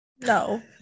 no